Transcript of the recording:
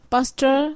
Pastor